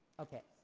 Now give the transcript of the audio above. okay,